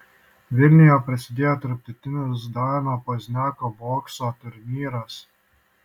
vilniuje prasidėjo tarptautinis dano pozniako bokso turnyras